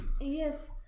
Yes